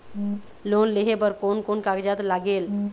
Loan लेहे बर कोन कोन कागजात लागेल?